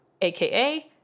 AKA